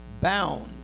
bound